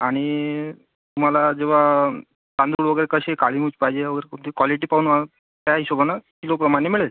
आणि तुम्हाला जेव्हा तांदूळ वगैरे कसे काळीमुछ पाहिजे या वगैरे कोणती क्वॉलिटी पाहून मग त्या हिशोबानं किलोप्रमाणे मिळेल